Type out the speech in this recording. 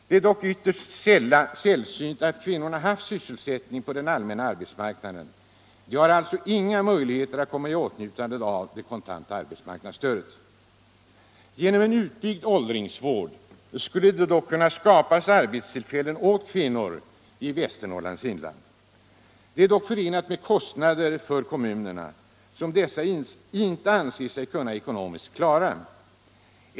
Det är dock ytterst sällsynt att kvinnorna haft sysselsättning på den allmänna arbetsmarknaden. De har alltså inga möjligheter att komma Ii åtnjutande av det kontanta arbetsmarknadsstödet. Genom en utbyggd åldringsvård skulle det kunna skapas arbetstillfällen politiken Arbetsmarknadspolitiken 50 åt kvinnor i Västernorrlands inland. Det är dock förenat med kostnader för. kommunerna som dessa inte anser sig kunna klara.